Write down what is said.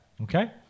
Okay